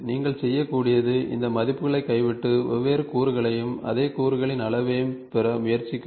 நீங்கள் செய்யக்கூடியது இந்த மதிப்புகளைக் கைவிட்டு வெவ்வேறு கூறுகளையும் அதே கூறுகளின் அளவையும் பெற முயற்சிக்கவும்